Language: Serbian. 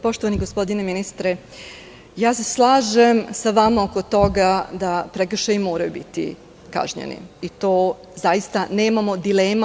Poštovani gospodine ministre, slažem se sa vama oko toga da prekršaji moraju biti kažnjeni i oko toga zaista nemamo dileme.